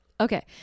Okay